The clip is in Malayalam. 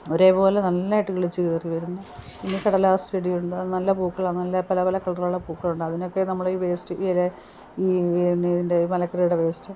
ഒരേപോലെ നന്നായിട്ട് കിളിച്ച് കയറി വരുന്ന പിന്നെ കടലാസ് ചെടിയുണ്ട് അത് നല്ല പൂക്കളാണ് നല്ല പല പല കളറൊള്ള പൂക്കളുണ്ട് അതിനൊക്കെ നമ്മളീ വേസ്റ്റ് എന്നാ പിന്നെ ഇതിൻ്റെ മലക്കറീടെ വേസ്റ്റ്